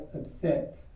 upset